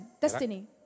destiny